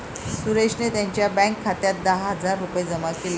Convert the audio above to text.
सुरेशने त्यांच्या बँक खात्यात दहा हजार रुपये जमा केले